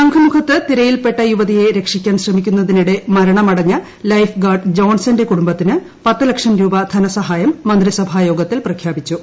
ശംഖുംമുഖത്ത് തിരയിൽപ്പെട്ട യൂവതിയെ രക്ഷിക്കാൻ ശ്രമിക്കുന്നതിനിടെ മരണമടഞ്ഞ ലൈഫ്ഗാർഡ് ജോൺസൺന്റെ കുടുംബത്തിന് ലക്ഷം രൂപ ധന്സഹായം മന്ത്രിസഭായോഗത്തിൽ പ്രഖ്യാപിച്ചു